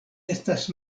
estas